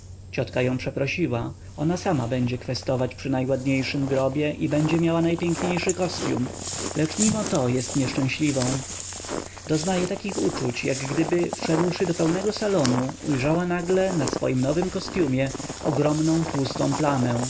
ciotka ją przeprosiła ona sama będzie kwestować przy najładniejszym grobie i będzie miała najpiękniejszy kostium lecz mimo to jest nieszczęśliwą doznaje takich uczuć jak gdyby wszedłszy do pełnego salonu ujrzała nagle na swym nowym kostiumie ogromną tłustą plamę